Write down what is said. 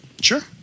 Sure